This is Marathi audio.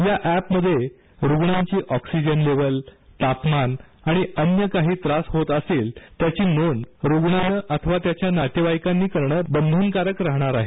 या अॅपमध्ये रूग्णाची ऑक्सिजन लेव्हल तापमान आणि अन्य काही त्रास होत असेल त्याची नोंद रुग्णांने अथवा त्याच्या नातेवाईकाने करणे बंधनकारक राहणार आहे